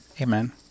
Amen